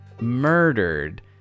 murdered